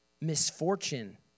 misfortune